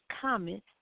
comment